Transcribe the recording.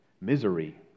misery